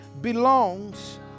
belongs